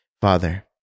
Father